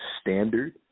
standard